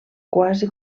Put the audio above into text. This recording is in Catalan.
quasi